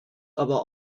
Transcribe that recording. aber